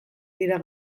dira